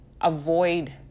avoid